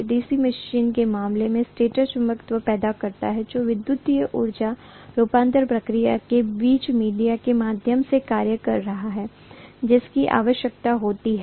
DC machine के मामले में स्टेटर चुंबकत्व पैदा करता है जो विद्युत ऊर्जा रूपांतरण प्रक्रिया के बीच मीडिया के माध्यम से कार्य कर रहा है जिसकी आवश्यकता होती है